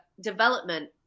development